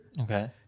Okay